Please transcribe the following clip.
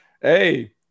hey